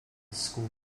school